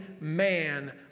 man